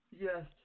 Yes